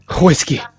Whiskey